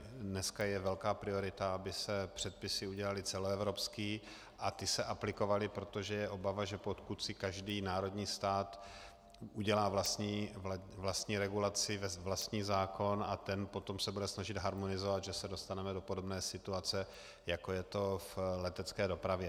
Dneska je velká priorita, aby se předpisy udělaly celoevropské a ty se aplikovaly, protože je obava, že pokud si každý národní stát udělá vlastní regulaci, vlastní zákon a ten potom se bude snažit harmonizovat, že se dostaneme do podobné situace, jako je to v letecké dopravě.